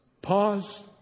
Pause